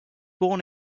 born